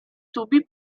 tubi